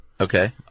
Okay